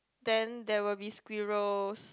then there will be squirrels